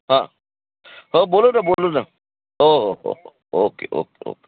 हां हो बोलूना बोलूना हो हो हो हो ओके ओके ओके